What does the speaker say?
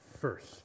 First